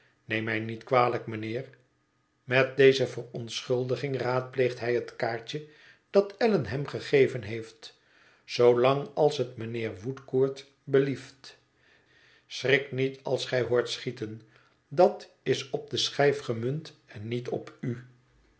neem mij niet kwalijk mijnheer met deze verontschuldiging raadpleegt hij het kaartje dat allan hem gegeven heeft zoolang als het mijnheer woodcourt belieft schrik niet als gij hoort schieten dat is op de schijf gemunt en niet op u